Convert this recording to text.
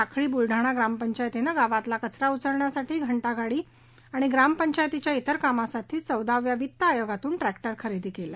साखळी ब्रलडाणा ग्रामपंचायतीनं गावातील कचरा उलण्यासाठी घटांगाडी म्हणून आणि ग्रामपंचायतच्या विर कामासाठी चौदाव्या वित्त आयोगातून ट्रॅक्टर खरेदी केला